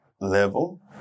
level